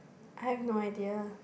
I have no idea